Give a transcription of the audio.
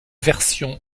version